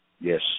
Yes